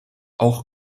auch